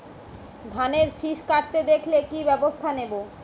ধানের শিষ কাটতে দেখালে কি ব্যবস্থা নেব?